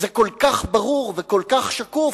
זה כל כך ברור וכל כך שקוף,